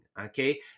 okay